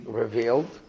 revealed